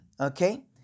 okay